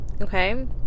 okay